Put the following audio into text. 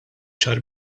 ċar